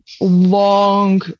long